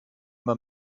man